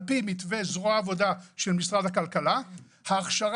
על פי מתווה זרוע העבודה במשרד הכלכלה ההכשרה